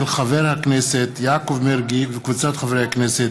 של חבר הכנסת יעקב מרגי וקבוצת חברי הכנסת.